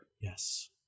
Yes